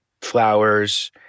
flowers